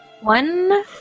one